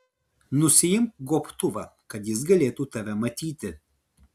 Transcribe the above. nusiimk gobtuvą kad jis galėtų tave matyti